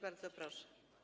Bardzo proszę.